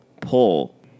pull